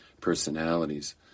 personalities